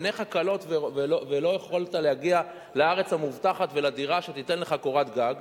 עיניך כלות ולא יכולת להגיע לארץ המובטחת ולדירה שתיתן לך קורת גג,